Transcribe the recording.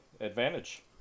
advantage